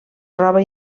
roba